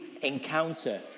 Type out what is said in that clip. encounter